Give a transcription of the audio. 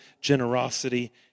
generosity